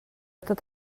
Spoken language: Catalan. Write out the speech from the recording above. tot